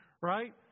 right